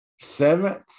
Seventh